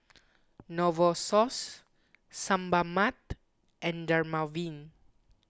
Novosource Sebamed and Dermaveen